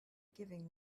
giving